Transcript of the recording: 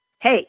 hey